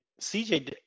CJ